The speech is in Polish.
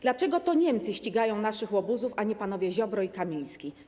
Dlaczego to Niemcy ścigają naszych łobuzów, a nie panowie Ziobro i Kamiński?